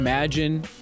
Imagine